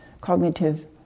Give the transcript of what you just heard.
cognitive